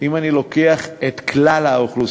גדלה אם אני לוקח את כלל האוכלוסייה,